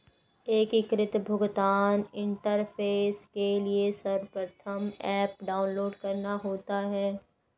एकीकृत भुगतान इंटरफेस के लिए सर्वप्रथम ऐप डाउनलोड करना होता है